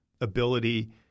ability